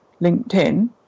LinkedIn